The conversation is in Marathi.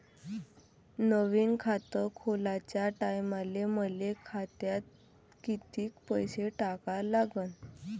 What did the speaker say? नवीन खात खोलाच्या टायमाले मले खात्यात कितीक पैसे टाका लागन?